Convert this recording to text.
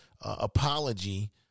apology